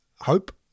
hope